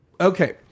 okay